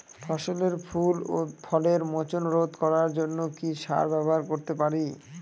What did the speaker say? ফসলের ফুল ও ফলের মোচন রোধ করার জন্য কি সার ব্যবহার করতে পারি?